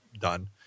done